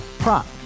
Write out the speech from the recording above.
Prop